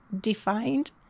defined